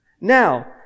Now